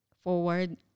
forward